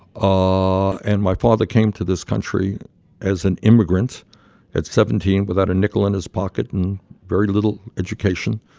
ah and my father came to this country as an immigrant at seventeen without a nickel in his pocket and very little education,